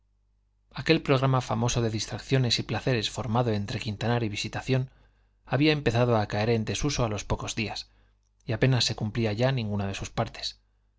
aquel programa famoso de distracciones y placeres formado entre quintanar y visitación había empezado a caer en desuso a los pocos días y apenas se cumplía ya ninguna de sus partes